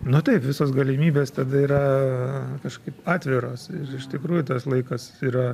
nu taip visos galimybės tada yra kažkaip atviros ir iš tikrųjų tas laikas yra